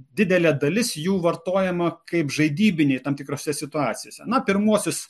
didelė dalis jų vartojama kaip žaidybiniai tam tikrose situacijose na pirmuosius